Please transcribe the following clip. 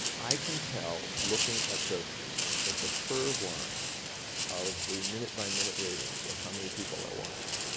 i can tell looking at the at the curve line of the minute by minute ratings of how many people are watching,